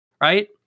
right